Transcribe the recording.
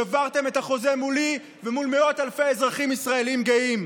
שברתם את החוזה מולי ומול מאות אלפי אזרחים ישראלים גאים,